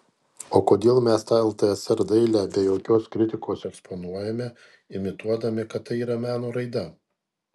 o kodėl mes tą ltsr dailę be jokios kritikos eksponuojame imituodami kad tai yra meno raida